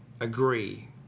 agree